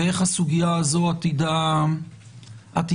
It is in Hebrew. ואיך הסוגיה הזו עתידה להיפתר.